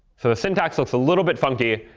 so the syntax looks a little bit funky,